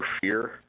fear